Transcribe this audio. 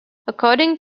according